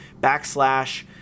backslash